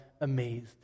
amazed